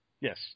Yes